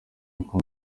uko